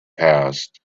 passed